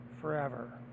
forever